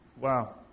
wow